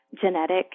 genetic